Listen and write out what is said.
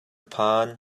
phan